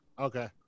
okay